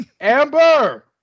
Amber